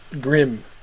grim